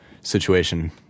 situation